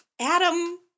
Adam